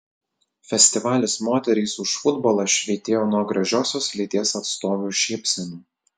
festivalis moterys už futbolą švytėjo nuo gražiosios lyties atstovių šypsenų